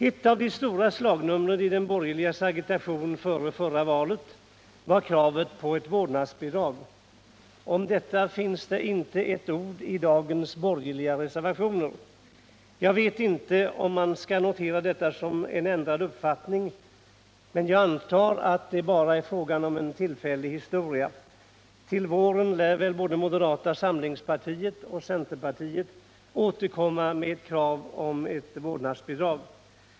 Ett av de stora slagnumren i de borgerligas agitation före det förra valet var kravet på ett vårdnadsbidrag. Om detta finns det inte ett ord i dagens borgerliga reservationer. Jag vet inte om man skall notera detta som en ändrad uppfattning, men jag antar att det bara är en tillfällig historia. Till våren lär väl både moderata samlingspartiet och centerpartiet återkomma med krav på ett vårdnadsbidrag.